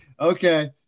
okay